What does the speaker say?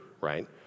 right